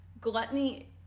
Gluttony